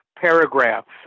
paragraphs